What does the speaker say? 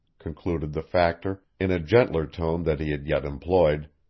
concluded the factor, in a gentler tone than he had yet employed,